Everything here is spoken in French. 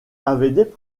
avait